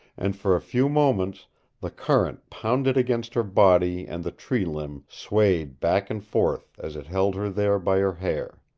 and for a few moments the current pounded against her body and the tree-limb swayed back and forth as it held her there by her hair.